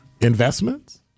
Investments